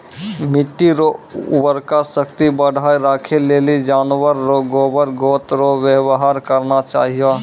मिट्टी रो उर्वरा शक्ति बढ़ाएं राखै लेली जानवर रो गोबर गोत रो वेवहार करना चाहियो